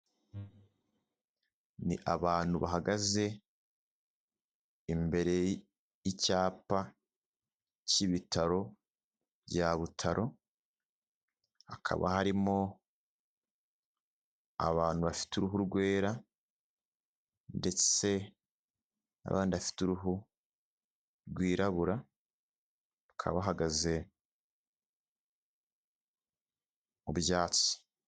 Ni abantu bahagaze imbere y'icyapa cy'ibitaro bya butaro, hakaba harimo abantu bafite uruhu rwera ndetse n'abandi afite uruhu rwirabura. Bakaba bahagaze mu byatsi.